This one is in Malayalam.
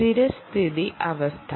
സ്ഥിരസ്ഥിതി അവസ്ഥ